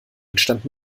entstand